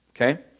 Okay